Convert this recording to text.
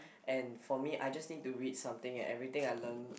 and for me I just need to read something and everything I learn